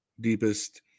deepest